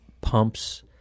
pumps